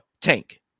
Tank